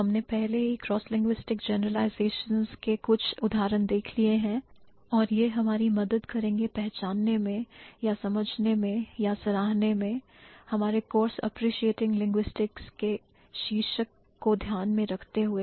हमने पहले ही crosslinguistic generalizations के कुछ उदाहरण देख लिए हैं और यह हम हमारी मदद करेगा पहचानने में या समझने में या सराहनीय में हमारे कोर्स Appreciating Linguistics के शीर्षक को ध्यान में रखते हुए